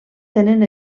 tenen